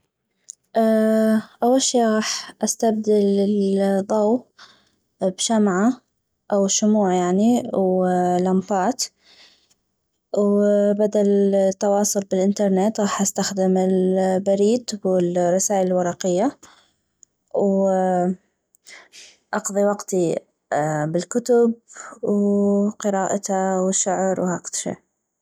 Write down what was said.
اول شي غاح استبدل الضو بشمعة او شموع يعني او لمپات وبدل التواصل بالإنترنت غاح استخدم البريد والرسائل الورقية واقضي وقتي بالكتب وقراءته والشعر وهكذ شي